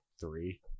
three